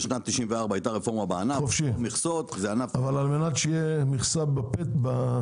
בשנת 1994 הייתה רפורמה בענף -- אבל על מנת שתהיה מכסה בביצים,